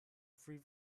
free